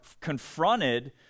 confronted